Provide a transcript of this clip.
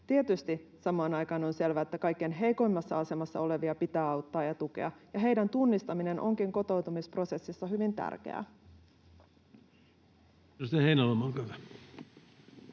Tietysti samaan aikaan on selvää, että kaikkein heikoimmassa asemassa olevia pitää auttaa ja tukea, ja heidän tunnistamisensa onkin kotoutumisprosessissa hyvin tärkeää.